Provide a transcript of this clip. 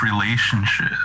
relationship